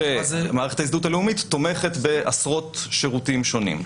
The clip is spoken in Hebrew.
כשמערכת ההזדהות הלאומית תומכת בעשרות שירותים שונים.